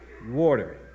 water